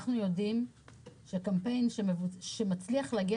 אנחנו יודעים שקמפיין שמצליח להגיע